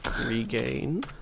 regain